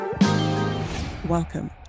Welcome